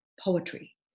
poetry